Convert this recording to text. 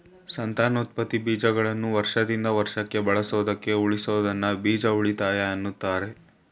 ಸಂತಾನೋತ್ಪತ್ತಿ ಬೀಜಗಳನ್ನು ವರ್ಷದಿಂದ ವರ್ಷಕ್ಕೆ ಬಳಸೋದಕ್ಕೆ ಉಳಿಸೋದನ್ನ ಬೀಜ ಉಳಿತಾಯ ಅಂತಾರೆ